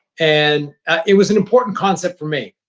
and it was an important concept for me.